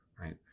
right